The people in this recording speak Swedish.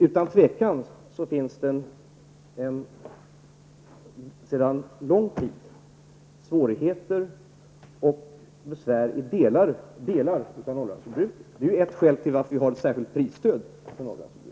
Utan tvivel finns det sedan lång tid svårigheter och besvär i delar av Norrlandsjordbruket. Det är ett skäl till varför vi har ett särskilt prisstöd för Norrlandsjordbruket.